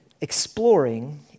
exploring